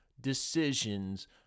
decisions